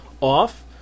off